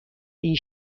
این